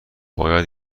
باید